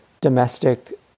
domestic